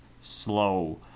slow